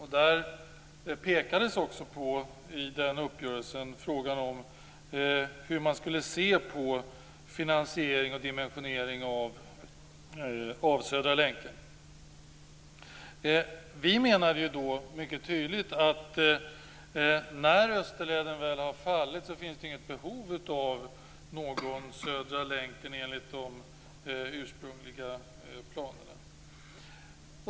I den uppgörelsen pekades det också på frågan om hur man skulle se på finansiering och dimensionering av Södra länken. Vi menade mycket tydligt att när Österleden väl har fallit finns det inget behov av någon Södra länken enligt de ursprungliga planerna.